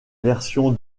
version